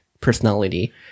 personality